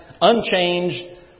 unchanged